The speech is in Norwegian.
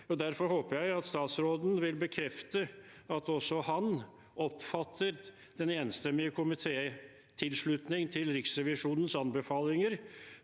Derfor håper jeg statsråden vil bekrefte at også han oppfatter den enstemmige komitétilslutningen til Riksrevisjonens anbefalinger